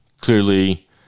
clearly